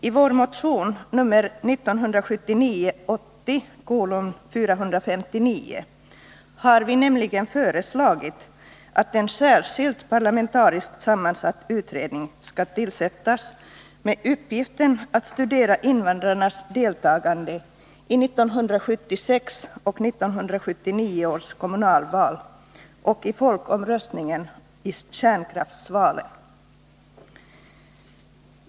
I vår motion nr 1979/80:459 har vi föreslagit att en särskild, parlamenta =«+ riskt sammansatt utredning skall tillsättas med uppgift att studera invandrarnas deltagande i 1976 och 1979 års kommunalval och i folkomröstningen i kärnkraftsfrågan.